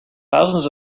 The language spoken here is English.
thousands